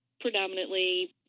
predominantly